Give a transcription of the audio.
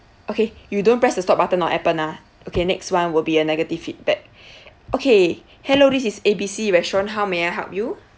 okay you don't press the stop button on appen lah okay next one will be a negative feedback okay hello this is A B C restaurant how may I help you